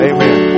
Amen